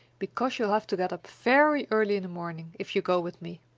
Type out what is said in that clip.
because you'll have to get up very early in the morning, if you go with me!